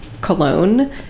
cologne